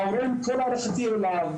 ההורה, עם כל הערכתי אליו,